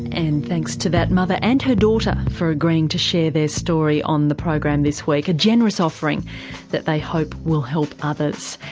and thanks to that mother and her daughter for agreeing to share their story on the program this week. a generous offering that they hope will help others.